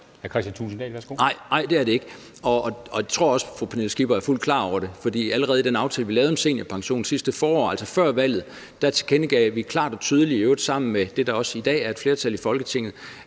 Kristian Thulesen Dahl (DF): Nej, det er det ikke, og det tror jeg også fru Pernille Skipper er fuldt ud klar over. For allerede i den aftale, vi lavede om seniorpension sidste forår, altså før valget, tilkendegav vi klart og tydeligt – i øvrigt sammen med dem, der også i dag er et flertal i Folketinget